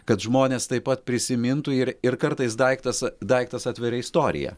kad žmonės taip pat prisimintų ir ir kartais daiktas daiktas atveria istoriją